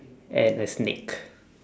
and a snake